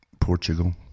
Portugal